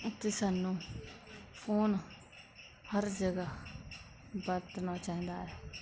ਅਤੇ ਸਾਨੂੰ ਫੋਨ ਹਰ ਜਗ੍ਹਾ ਵਰਤਣਾ ਚਾਹੀਦਾ ਹੈ